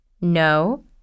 No